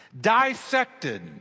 dissected